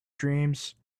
dreams